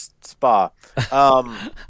Spa